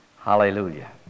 Hallelujah